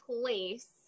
place